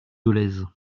dolez